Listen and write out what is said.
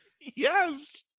Yes